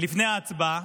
לפני ההצבעה